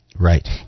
Right